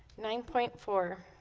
nine point four